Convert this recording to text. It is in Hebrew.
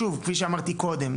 כפי שאמרתי קודם,